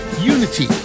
unity